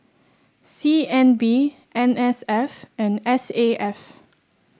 C N B N S F and S A F